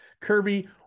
Kirby